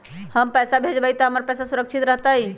हम पैसा भेजबई तो हमर पैसा सुरक्षित रहतई?